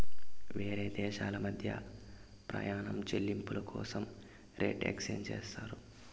వేరే దేశాల మధ్య ప్రయాణం చెల్లింపుల కోసం రేట్ ఎక్స్చేంజ్ చేస్తారు